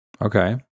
Okay